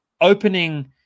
opening